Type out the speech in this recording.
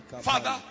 Father